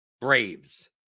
Braves